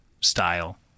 style